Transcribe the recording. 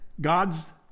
God's